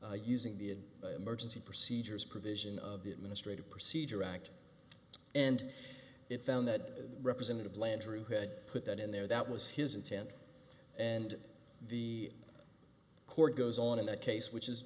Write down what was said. fees using the emergency procedures provision of the administrative procedure act and it found that the representative landrieu had put that in there that was his intent and the court goes on in that case which is